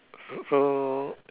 so so